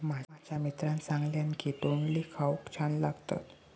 माझ्या मित्रान सांगल्यान की तोंडली खाऊक छान लागतत